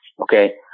okay